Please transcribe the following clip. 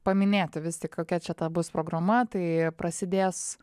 paminėti vistik kokia čia ta bus programa tai prasidės